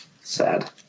Sad